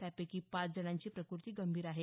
त्यापैकी पाच जणांची प्रकृती गंभीर आहे